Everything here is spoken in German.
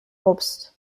obst